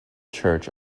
church